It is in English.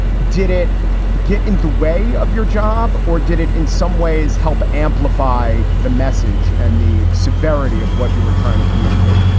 did it get in the way of your job or did it in some ways help amplify the message and the severity of what you were trying to communicate?